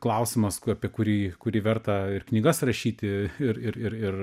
klausimas k apie kurį kurį verta ir knygas rašyti ir ir ir ir